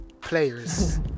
players